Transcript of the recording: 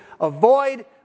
avoid